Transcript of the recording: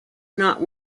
not